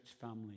family